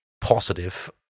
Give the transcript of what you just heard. positive